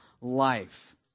life